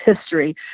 history